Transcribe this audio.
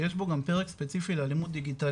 שיש בו גם פרק ספציפי לאלימות דיגיטלית,